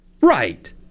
Right